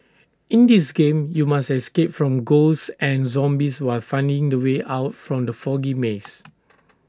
in this game you must escape from ghosts and zombies while finding the way out from the foggy maze